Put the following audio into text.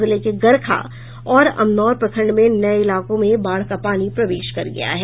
जिले के गरखा और अमनौर प्रखंड में नये इलाकों में बाढ़ का पानी प्रवेश कर गया है